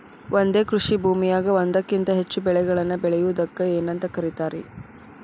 ಒಂದೇ ಕೃಷಿ ಭೂಮಿಯಾಗ ಒಂದಕ್ಕಿಂತ ಹೆಚ್ಚು ಬೆಳೆಗಳನ್ನ ಬೆಳೆಯುವುದಕ್ಕ ಏನಂತ ಕರಿತಾರಿ?